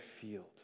field